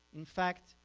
in fact,